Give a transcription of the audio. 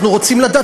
אנחנו רוצים לדעת.